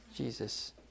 Jesus